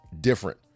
different